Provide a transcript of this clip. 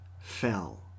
fell